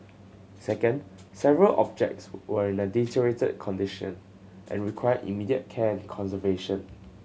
second several objects were in a deteriorated condition and required immediate care and conservation